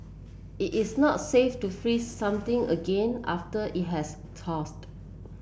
it is not safe to freeze something again after it has